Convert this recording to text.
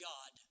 God